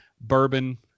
bourbon